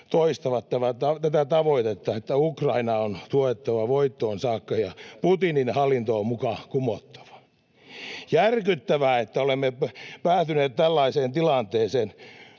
toistaa tätä tavoitetta, että Ukrainaa on tuettava voittoon saakka ja Putinin hallinto on muka kumottava. Järkyttävää, että olemme päätyneet tällaiseen tilanteeseen,